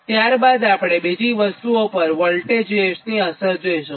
ત્યારબાદ આપણે બીજી વસ્તુઓ પર વોલ્ટેજ વેવ્સની અસર જોઇશું